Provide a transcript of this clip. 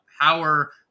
power